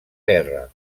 guerra